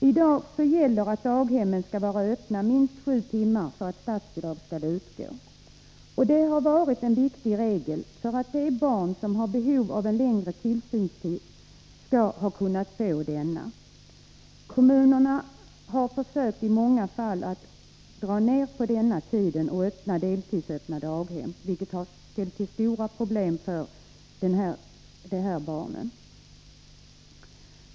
I dag gäller att daghemmen skall vara öppna minst sju timmar för att statsbidrag skall utgå. Det har varit en viktig regel för att de barn som har behov av en längre tillsynstid skulle kunna få det. Kommunerna har i många fall försökt dra ned tiden och starta deltidsöppna daghem, vilket har ställt till stora problem för de här barnen.